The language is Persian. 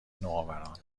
نوآوران